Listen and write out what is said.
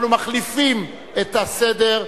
אנחנו מחליפים את הסדר,